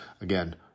Again